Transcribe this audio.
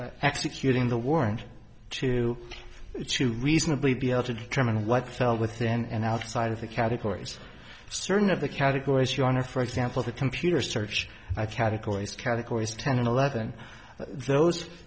agents executing the warrant to reasonably be able to determine what fell within and outside of the categories certain of the categories your honor for example the computer search categories categories ten and eleven those